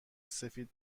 سفید